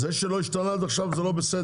זה שזה לא השתנה עד עכשיו זה לא בסדר.